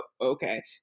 okay